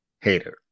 hater